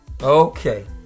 Okay